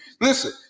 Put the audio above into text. Listen